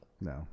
No